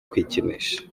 kwikinisha